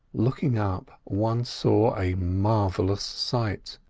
looking up, one saw a marvellous sight.